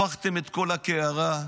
הפכתם את כל הקערה,